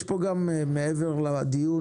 יש פה גם, מעבר לדיון,